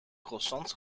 croissants